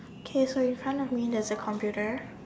okay so in front of me there is a computer